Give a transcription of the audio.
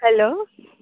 hello